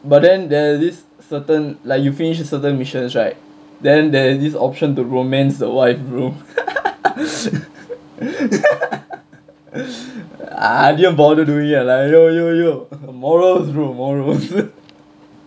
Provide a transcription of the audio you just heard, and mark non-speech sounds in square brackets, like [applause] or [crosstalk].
but then there's this certain like you finish a certain missions right then there's this option to romance the wife bro ah [laughs] I didn't bother doing it lah yo yo yo morals bro morals